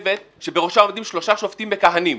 שבראשה עומדים שלושה שופטים מכהנים.